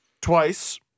twice